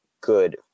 good